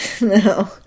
No